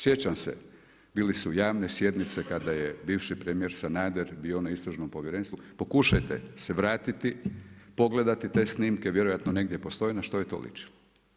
Sjećam se, bile su javne sjednice kada je bivši premijer Sanader bio na Istražnom povjerenstvu, pokušajte se vratiti, pogledati te snimke, vjerojatno negdje postoji, na što je to ličilo.